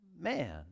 man